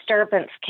disturbance